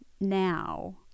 now